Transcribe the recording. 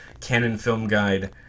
CanonFilmGuide